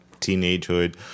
teenagehood